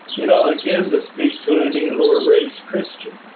you know, again to speak to any who were raised christian,